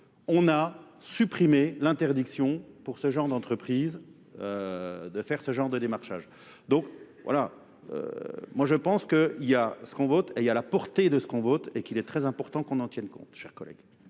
on a supprimé l'interdiction pour ce genre d'entreprise de faire ce genre de démarchage. Donc voilà, moi je pense qu'il y a ce qu'on vote et il y a la portée de ce qu'on vote et qu'il est très important qu'on en tienne compte, chers collègues.